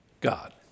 God